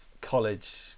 college